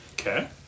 Okay